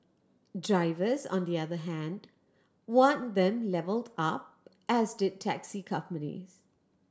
drivers on the other hand wanted them levelled up as did taxi companies